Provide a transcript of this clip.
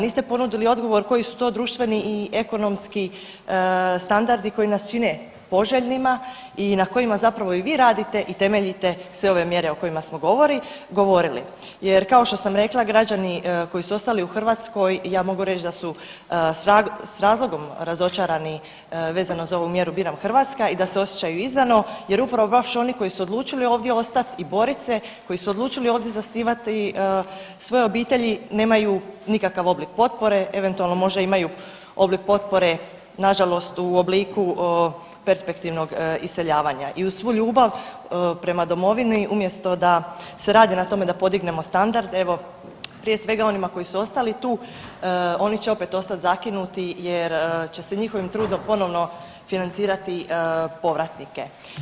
Niste ponudili odgovor koji su to društveni i ekonomski standardi koji nas čine poželjnima i na kojima zapravo i vi radite i temeljite sve ove mjere o kojima smo govorili jer kao što sam rekla građani koji su ostali u Hrvatskoj, ja mogu reć da su s razlogom razočarani vezano za ovu mjeru „Biram Hrvatsku“ i da se osjećaju izdano jer upravo baš oni koji su odlučili ovdje ostat i borit se, koji su odlučili ovdje zasnivati svoje obitelji nemaju nikakav oblik potpore, eventualno možda imamu oblik potpore nažalost u obliku perspektivnog iseljavanja i uz svu ljubav prema domovini umjesto da se radi na tome da podignemo standard evo prije svega onima koji su ostali tu oni će opet ostat zakinuti jer će se njihovim trudom ponovno financirati povratnike.